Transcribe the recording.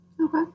Okay